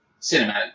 cinematic